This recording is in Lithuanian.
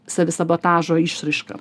savisabotažo išraiška